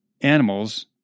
animals